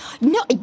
No